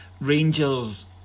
Rangers